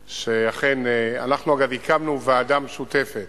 שאכן, אנחנו, אגב, הקמנו ועדה משותפת